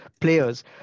players